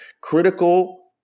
Critical